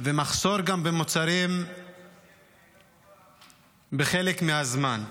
מחסור במוצרים בחלק מהזמן.